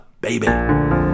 Baby